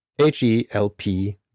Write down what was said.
H-E-L-P